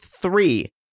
three